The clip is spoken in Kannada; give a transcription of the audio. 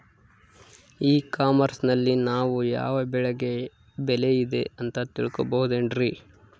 ಇ ಕಾಮರ್ಸ್ ನಲ್ಲಿ ನಾವು ಯಾವ ಬೆಳೆಗೆ ಬೆಲೆ ಇದೆ ಅಂತ ತಿಳ್ಕೋ ಬಹುದೇನ್ರಿ?